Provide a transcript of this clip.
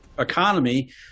economy